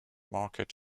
market